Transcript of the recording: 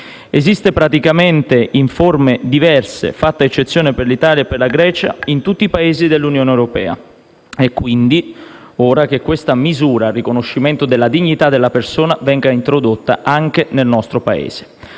Esiste praticamente, in forme diverse, fatta eccezione per l'Italia e per la Grecia, in tutti i Paesi dell'Unione europea. È quindi ora che questa misura a riconoscimento della dignità della persona venga introdotta anche nel nostro Paese.